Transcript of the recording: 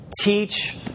teach